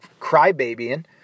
crybabying